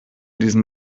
diesem